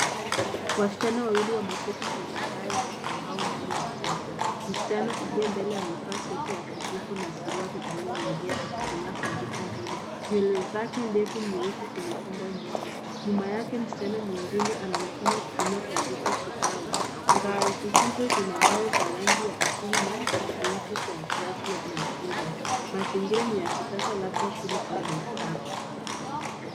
Wasichana wawili wameketi kwenye ngazi za mbao ndani ya jengo. Msichana aliye mbele amevaa sweta ya kijivu na suruali iliyolegea akitumia kompyuta ndogo. Nywele zake ndefu nyeusi zimefungwa nyuma. Nyuma yake msichana mwingine anaonekana akitumia kompyuta ya mbao. Ngazi hizo zina mbao za rangi ya asili na vizuizi vya glasi na chuma. Mazingira ni ya kisasa labda shule au maktaba.